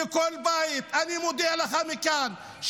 ואני מודיע לך מכאן,